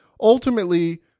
ultimately